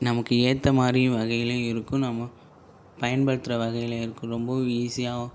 நமக்கு ஏற்ற மாரியும் வகையிலயும் இருக்கும் நம்ம பயன்படுத்துகிற வகையிலேயும் இருக்குது ரொம்பவும் ஈஸியாக